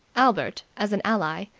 albert, as an ally,